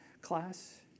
class